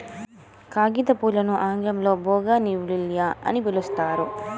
కాగితంపూలని ఆంగ్లంలో బోగాన్విల్లియ అని పిలుస్తారు